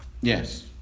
Yes